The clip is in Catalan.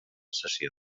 sessió